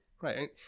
right